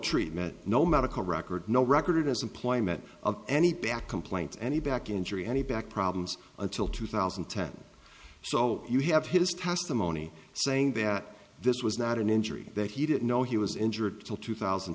treatment no medical record no record as employment of any back complaints any back injury any back problems until two thousand and ten so you have his testimony saying that this was not an injury that he didn't know he was injured till two thousand